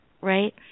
right